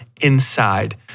inside